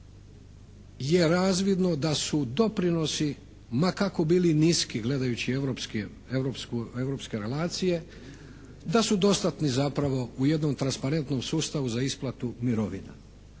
je razvidno da su doprinosi ma kako bili niski, gledajući europske relacije da su dostatni zapravo u jednom transparentnom sustavu za isplatu mirovina.